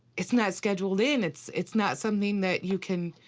it's not scheduled in. it's, it's not something that you can,